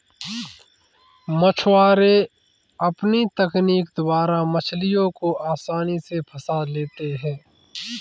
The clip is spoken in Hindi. मछुआरे अपनी तकनीक द्वारा मछलियों को आसानी से फंसा लेते हैं